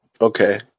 Okay